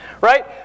Right